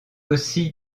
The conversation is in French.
aussi